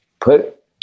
put